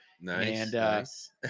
nice